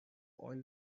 oil